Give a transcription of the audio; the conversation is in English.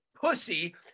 pussy